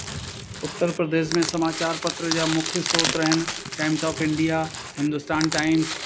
उत्तर प्रदेश में समाचार पत्र जा मुख्य स्त्रोत आहिनि Times of India Hindustan times